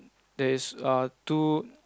there is err two